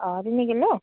অঁ তিনিকিলো